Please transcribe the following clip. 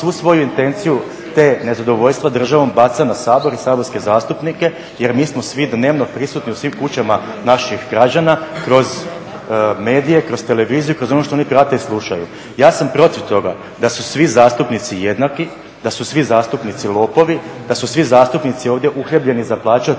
svoju intenciju te nezadovoljstvo državom baca na Sabor i saborske zastupnike jer mi smo svi dnevno prisutni u svim kućama naših građana kroz medije, kroz televiziju, kroz ono što oni prate i slušaju. Ja sam protiv toga da su svi zastupnici jednaki, da su svi zastupnici lopovi, da su svi zastupnici ovdje … za plaće